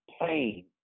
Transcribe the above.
pain